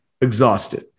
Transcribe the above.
exhausted